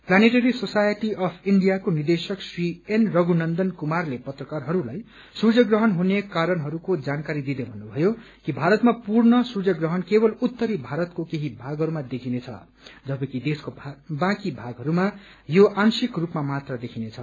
planetary society of इण्डियाको निदेशक Shri N Raghunandan कुमारले पत्रकारहरूलाई सूर्य ग्रहण हुने कारणहरूको जानकारी दिँदै भन्नुभयो कि भारतमा पूर्ण सूर्य ग्रहण केवल उत्तरी भातको केही भागहरूमा देखिनेछ जबकि देशको बाँकी भागहरूमा यो आँशिक स्पमा मात्र देखिनेछ